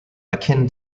akin